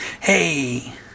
Hey